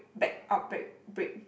back up brake break